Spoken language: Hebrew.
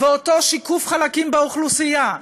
ואותו שיקוף חלקים באוכלוסייה,